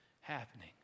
happening